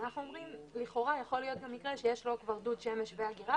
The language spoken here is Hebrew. אנחנו אומרים לכאורה יכול להיות שיש דוד שמש ואגירה,